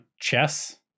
chess